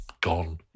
gone